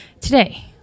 Today